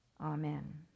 Amen